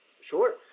Sure